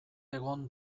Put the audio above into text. egon